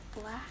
black